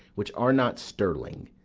which are not sterling.